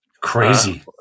crazy